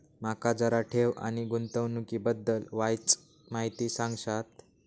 माका जरा ठेव आणि गुंतवणूकी बद्दल वायचं माहिती सांगशात?